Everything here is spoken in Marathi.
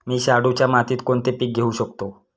मी शाडूच्या मातीत कोणते पीक घेवू शकतो?